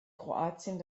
kroatien